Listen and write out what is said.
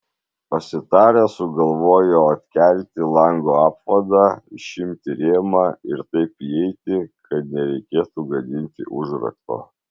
pasitarę sugalvojo atkelti lango apvadą išimti rėmą ir taip įeiti kad nereikėtų gadinti užrakto